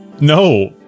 No